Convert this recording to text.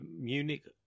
Munich